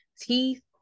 teeth